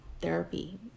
therapy